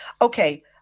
Okay